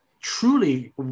truly